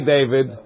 David